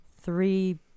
three